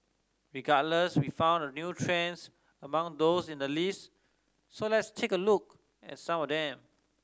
regardless we found a few trends among those in the list so let's take a look at some of them